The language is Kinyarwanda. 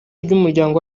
ry’umuryango